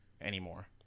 anymore